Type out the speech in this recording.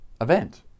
event